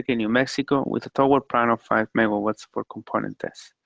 new mexico, with a tower plant of five megawatts per component tests.